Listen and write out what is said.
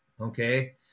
Okay